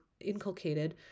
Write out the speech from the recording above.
inculcated